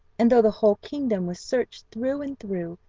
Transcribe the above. and though the whole kingdom was searched through and through,